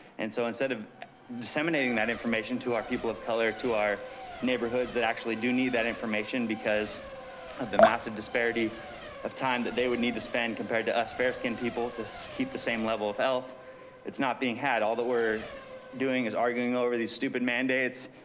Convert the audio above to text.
and so instead of disseminating that information to our people of color, to our neighborhoods that actually do need that information because of the massive disparity of time that they would need to spend compared to us fair-skinned people to so keep the same level of health it's not being had. all that we're doing is arguing over these stupid mandates.